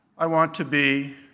i want to be,